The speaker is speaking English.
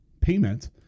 payment